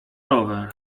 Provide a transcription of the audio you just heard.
rower